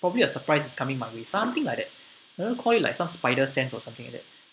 probably a surprise is coming my way something like that uh call like some spider sense or something like that